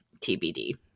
TBD